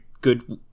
good